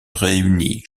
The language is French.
réunit